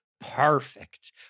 Perfect